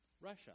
Russia